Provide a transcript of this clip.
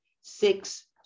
six